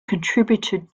contributed